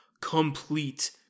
complete